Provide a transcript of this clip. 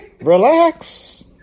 Relax